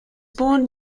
born